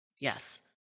Yes